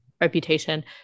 Reputation